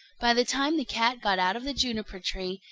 by the time the cat got out of the juniper-tree,